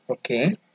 Okay